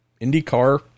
IndyCar